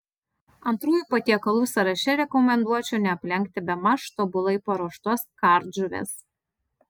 antrųjų patiekalų sąraše rekomenduočiau neaplenkti bemaž tobulai paruoštos kardžuvės